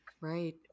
Right